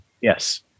Yes